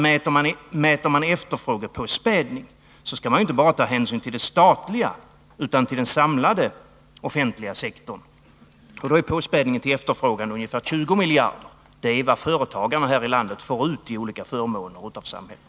Mäter man efterfrågepåspädningen, skall man inte bara ta hänsyn till den statliga, utan till den samlade offentliga sektorn. Då är påspädningen i efterfrågan ungefär 20 miljarder. Och det är vad företagarna här i landet får ut i olika förmåner av samhället.